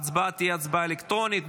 ההצבעה תהיה הצבעה אלקטרונית.